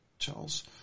Charles